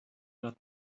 about